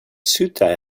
ceuta